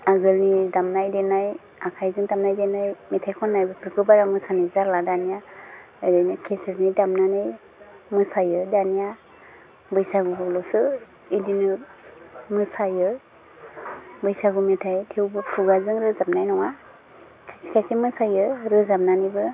आगोलनि दामनाय देनाय आखाइजों दामानाय देनाय मेथाइ खन्नाय बेफोरखौ बारा मोसानाय जाला दानिया ओरैनो केसेटनि दामनानै मोसायो दानिया बैसागुआवलसो बिदिनो मोसायो बैसागु मेथाइ थेवबो खुगाजों रोजाबानाय नङा खायसे खायसे मोसायो रोजाबनानैबो